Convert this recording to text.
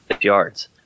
yards